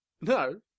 No